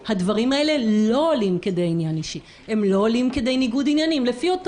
אבל גם אם נניח שחיים כץ מקבל טובות הנאה מאותו חבר